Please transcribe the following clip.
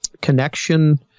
connection